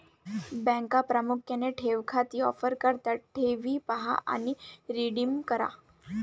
बँका प्रामुख्याने ठेव खाती ऑफर करतात ठेवी पहा आणि रिडीम करा